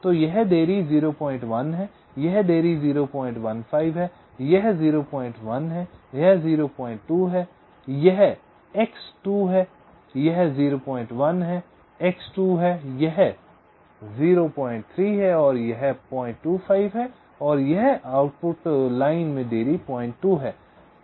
तो यह देरी 01 है यह देरी 015 है यह 01 है यह 02 है यह x 2 है यह 01 है x 2 है यह 03 है यह 025 है और आउटपुट लाइन में देरी 02 है